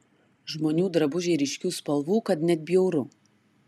žmonių drabužiai ryškių spalvų kad net bjauru